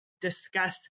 discuss